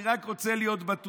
אני רק רוצה להיות בטוח.